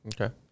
Okay